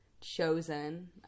chosen